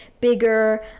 bigger